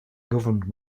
governed